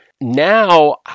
Now